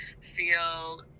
feel